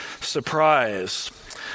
surprise